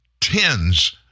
tens